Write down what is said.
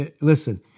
Listen